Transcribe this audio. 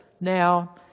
now